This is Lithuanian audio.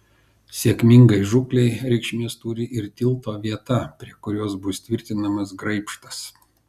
sėkmingai žūklei reikšmės turi ir tilto vieta prie kurios bus tvirtinamas graibštas